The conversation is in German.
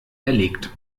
erlegt